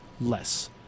less